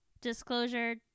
disclosure